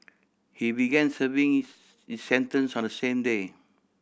he began serving his sentence on the same day